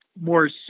more